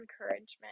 encouragement